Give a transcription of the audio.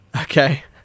Okay